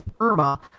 Irma